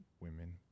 women